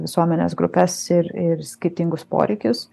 visuomenės grupes ir ir skirtingus poreikius